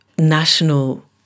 national